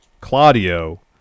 Claudio